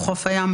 חוף היום,